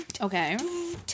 Okay